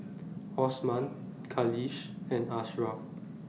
Osman Khalish and Ashraff